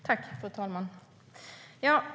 Fru talman!